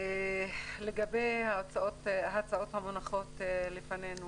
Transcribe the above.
לגבי הצעות החוק המונחות לפנינו